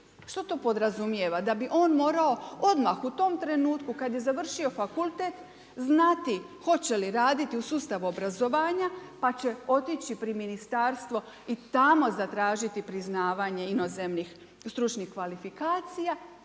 Što to podrazumijeva? Da bi on morao odmah u tom trenutku kada je završio fakultet znati hoće li raditi u sustavu obrazovanja, pa će otići pri ministarstvo i tamo zatražiti priznavanje inozemnih stručnih kvalifikacija